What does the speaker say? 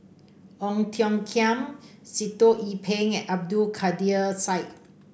Ong Tiong Khiam Sitoh Yih Pin and Abdul Kadir Syed